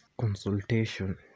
consultation